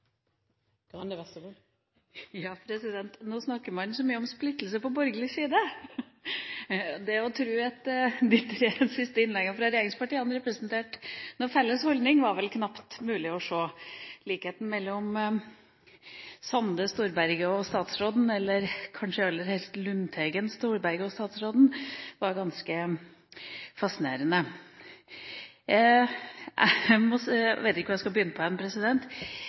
Nå snakker man så mye om splittelse på borgerlig side! At de tre siste innleggene fra regjeringspartiene representerte noen felles holdning, var vel knapt mulig å se. Likheten mellom Sande, Storberget og statsråden, eller kanskje aller helst Lundteigen, Storberget og statsråden, var ganske fascinerende. Jeg vet nesten ikke hvor jeg skal begynne. Jo, vi er faktisk for samspill. Men vi er ikke for et samspill der den